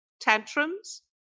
Tantrums